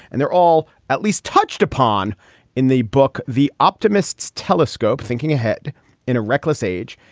and they're all at least touched upon in the book, the optimists telescope. thinking ahead in a reckless age,